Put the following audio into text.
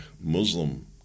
Muslim